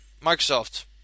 Microsoft